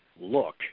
look